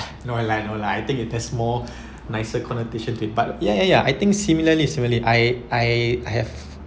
no lah no lah I think it has more nicer connotation to it but ya ya ya I think similarly similarly I I I have